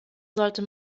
sollte